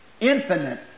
infinite